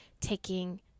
taking